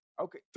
Okay